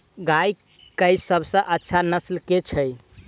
गाय केँ सबसँ अच्छा नस्ल केँ छैय?